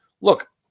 look